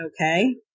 okay